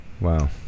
Wow